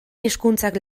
hizkuntzak